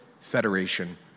federation